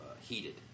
heated